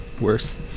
worse